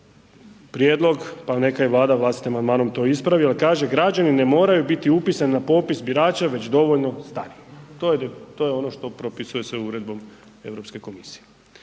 prijedlog pa neka i Vlada vlastitim amandmanom to ispravi jer kaže građani ne moraju biti upisani na popis birača već dovoljno stari, to je ono što propisuje uredbom Europske komisije